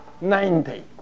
ninety